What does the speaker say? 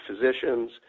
physicians